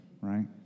right